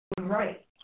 right